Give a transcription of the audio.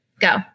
Go